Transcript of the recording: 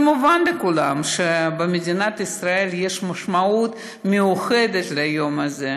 ומובן לכולם שבמדינת ישראל יש משמעות מיוחדת ליום הזה,